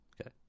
Okay